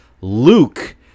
luke